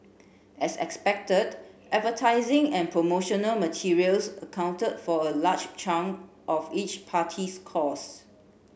as expected advertising and promotional materials accounted for a large chunk of each party's costs